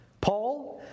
Paul